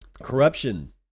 corruption